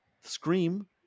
scream